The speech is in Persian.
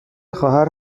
خواهر